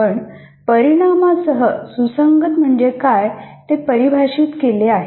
आपण परीणामासह सुसंगत म्हणजे काय ते परिभाषित केले आहे